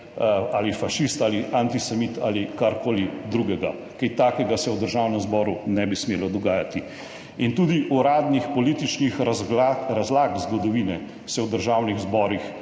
Erlich fašist ali antisemit ali karkoli drugega. Kaj takega se v Državnem zboru ne bi smelo dogajati. Tudi uradnih političnih razlag zgodovine se v Državnih zborih